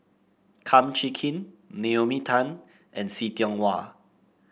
Kum Chee Kin Naomi Tan and See Tiong Wah